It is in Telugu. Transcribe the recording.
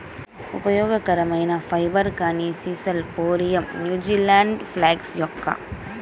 ఉపయోగకరమైన ఫైబర్, కానీ sisal phormium, New Zealand flax yucca